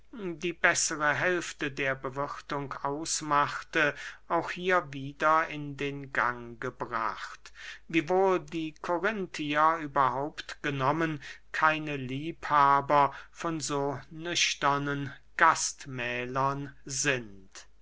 die bessere hälfte der bewirthung ausmachte auch hier wieder in den gang gebracht wiewohl die korinthier überhaupt genommen keine liebhaber von so nüchternen gastmählern sind